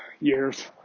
years